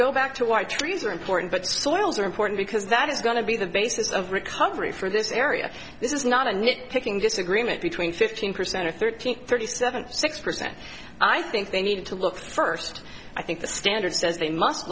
go back to why trees are important but soils are important because that is going to be the basis of recovery for this area this is not a nit picking disagreement between fifteen percent or thirteen thirty seven six percent i think they need to look first i think the standard says they must